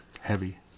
heavy